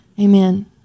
Amen